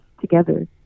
together